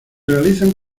realizan